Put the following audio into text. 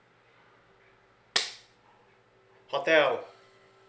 hotel